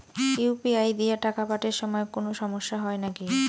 UPI দিয়া টাকা পাঠের সময় কোনো সমস্যা হয় নাকি?